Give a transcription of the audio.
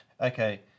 okay